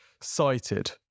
Cited